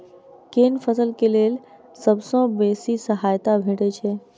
केँ फसल केँ लेल सबसँ बेसी सहायता भेटय छै?